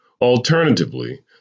alternatively